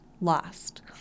lost